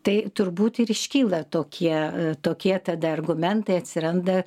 tai turbūt ir iškyla tokie tokie tada argumentai atsiranda